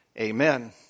amen